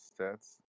Stats